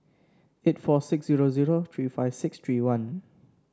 eight four six zero zero three five six three one